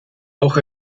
auch